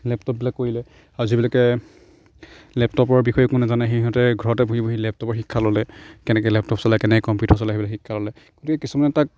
লেপটপবিলাক কৰিলে আৰু যিবিলাকে লেপটপৰ বিষয়ে একো নাজানে সেই সিহঁতে ঘৰতে বহি বহি লেপটপৰ শিক্ষা ল'লে কেনেকৈ লেপটপ চলায় কেনেকৈ কম্পিউটাৰ চলায় সেয়া শিক্ষা ল'লে গতিকে কিছুমানে তাক